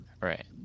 Right